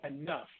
enough